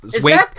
Wait